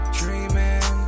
dreaming